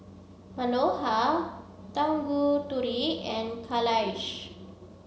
Manohar Tanguturi and Kailash